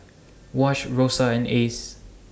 Wash Rosa and Ace